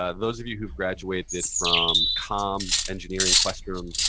ah those of you who graduated from com, engineering, questrom,